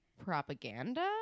propaganda